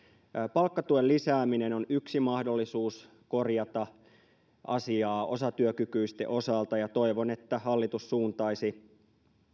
palkkatuen lisääminen on yksi mahdollisuus korjata asiaa osatyökykyisten osalta ja toivon että hallitus suuntaisi